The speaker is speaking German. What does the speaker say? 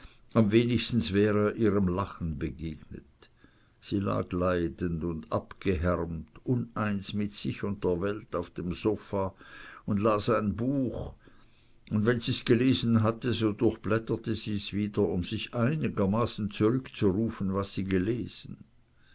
am wenigsten wär er ihrem lachen begegnet sie lag leidend und abgehärmt uneins mit sich und der welt auf dem sofa und las ein buch und wenn sie's gelesen hatte so durchblätterte sie's wieder um sich einigermaßen zurückzurufen was sie gelesen